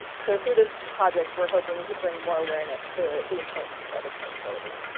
so through this project, we're hoping to bring more awareness to the importance of web accessibility.